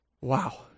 wow